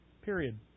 Period